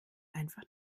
einfach